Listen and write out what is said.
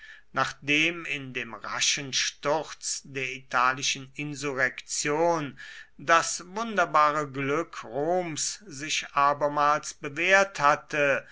nachdem in dem raschen sturz der italischen insurrektion das wunderbare glück roms sich abermals bewährt hatte